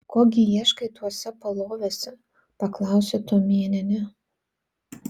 ko gi ieškai tuose paloviuose paklausė tuomėnienė